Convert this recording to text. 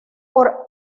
por